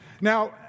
Now